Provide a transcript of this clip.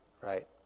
right